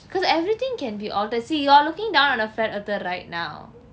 cause everything can be altered see you are looking down on a flat earther right now